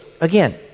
again